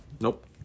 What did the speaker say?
Nope